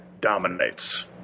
dominates